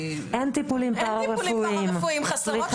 חסרות 4,000 מטפלות.